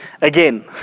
Again